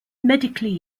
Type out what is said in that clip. medically